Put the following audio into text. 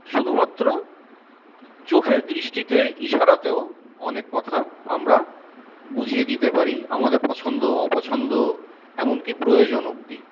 শুধুমাত্র চোখের দৃষ্টিতে ইশারাতেও অনেক কথা আমরা বুঝিয়ে দিতে পারি আমাদের পছন্দ অপছন্দ এমনকি প্রয়োজন অব্দি